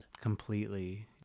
Completely